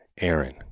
aaron